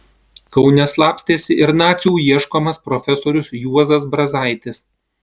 kaune slapstėsi ir nacių ieškomas profesorius juozas brazaitis